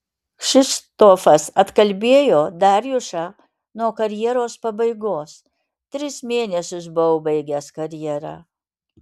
kšištofas atkalbėjo darjušą nuo karjeros pabaigos tris mėnesius buvau baigęs karjerą